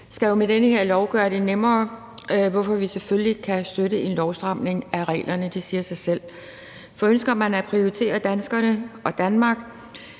– skal jo med den her lov gøres nemmere, hvorfor vi selvfølgelig kan støtte en lovstramning af reglerne. Det siger sig selv. For ønsker man at prioritere danskerne og Danmark,